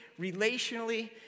relationally